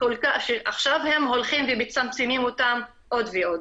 שעכשיו הם הולכים ומצמצמים אותם עוד ועוד.